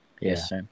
Yes